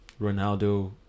Ronaldo